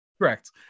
Correct